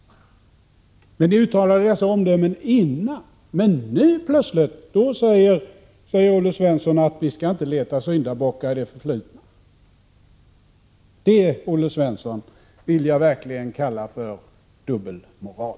Men nu säger plötsligt Olle Svensson att vi inte skall leta efter syndabockar i det förflutna. Det, Olle Svensson, vill jag verkligen kalla för dubbelmoral.